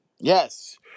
Yes